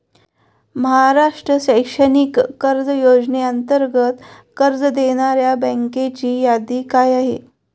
महाराष्ट्र शैक्षणिक कर्ज योजनेअंतर्गत कर्ज देणाऱ्या बँकांची यादी काय आहे?